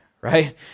right